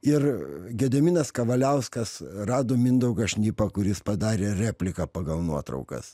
ir gediminas kavaliauskas rado mindaugą šnipą kuris padarė repliką pagal nuotraukas